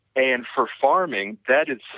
and for farming, that is,